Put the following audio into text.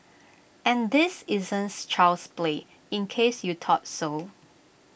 and this isn't child's play in case you thought so